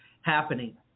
happening